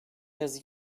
yazık